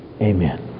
Amen